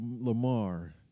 Lamar